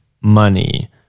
money